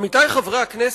עמיתי חברי הכנסת,